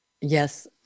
Yes